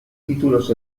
títulos